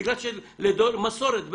בגלל מסורת,